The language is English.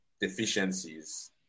deficiencies